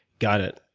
got it.